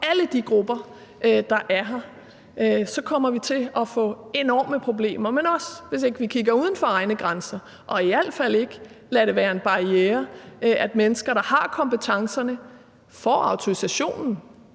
alle de grupper, der er her, så kommer vi til at få enorme problemer, men også hvis ikke vi kigger uden for egne grænser, og vi skal i al fald ikke lade det være en barriere for, at mennesker, der har kompetencerne, får autorisationen.